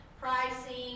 pricing